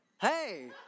Hey